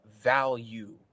value